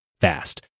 fast